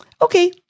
okay